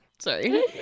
Sorry